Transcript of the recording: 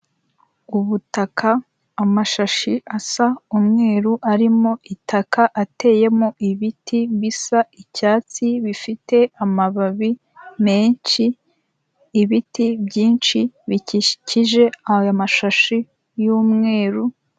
Ubutaka, amashashi asa umweru arimo itaka ateyemo ibiti bisa icyatsi bifite amababi menshi, ibiti byinshi bikikije aya mashahi y'umweru.